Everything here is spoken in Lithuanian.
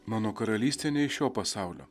mano karalystė ne iš šio pasaulio